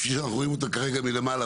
כפי שאנחנו רואים אותן כרגע מלמעלה,